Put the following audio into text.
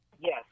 Yes